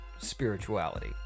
spirituality